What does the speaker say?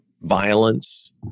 violence